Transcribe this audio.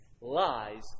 lies